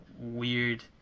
weird